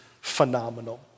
phenomenal